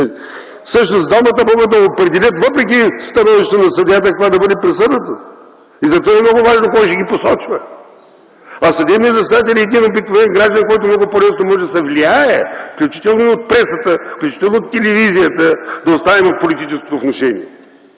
Всъщност двамата могат да определят, въпреки становището на съдията, каква да бъде присъдата и затова е много важно кой ще ги посочва. А съдебният заседател е един обикновен гражданин, който много по-лесно може да се влияе, включително и от пресата, и от телевизията, да оставим – от политическото внушение.